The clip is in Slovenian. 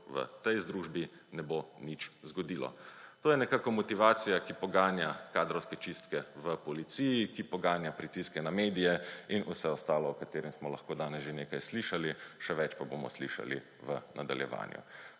v tej združbi ne bo nič zgodilo. To je nekako motivacija, ki poganja kadrovske čistke v policiji, ki poganja pritiske na medije in vse ostalo, o čemer smo lahko danes že nekaj slišali, še več pa bomo slišali v nadaljevanju.